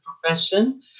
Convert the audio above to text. profession